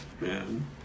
man